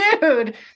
Dude